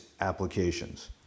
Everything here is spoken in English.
applications